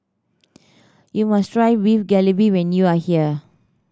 you must try Beef Galbi when you are here